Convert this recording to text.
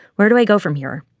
where do i go from here?